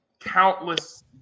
countless